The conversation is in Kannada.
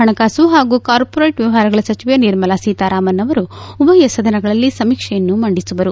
ಹಣಕಾಸು ಹಾಗೂ ಕಾರ್ಪೊರೇಟ್ ವ್ಯವಹಾರಗಳ ಸಚಿವೆ ನಿರ್ಮಲಾ ಸೀತಾರಾಮನ್ ಅವರು ಉಭಯ ಸದನಗಳಲ್ಲಿ ಸಮೀಕ್ಷೆಯನ್ನು ಮಂಡಿಸುವರು